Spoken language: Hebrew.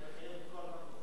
זה מחייב את כל המקומות?